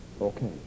okay